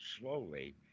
slowly